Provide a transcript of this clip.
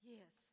Yes